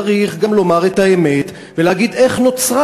צריך גם לומר את האמת ולהגיד איך נוצרה